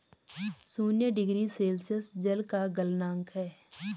शून्य degree Celsius जल का गलनांक है